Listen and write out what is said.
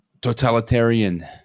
totalitarian